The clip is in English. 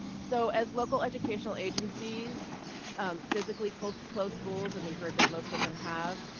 so as local educational agencies physically close close schools, and we heard that most of them have,